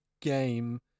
game